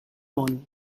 món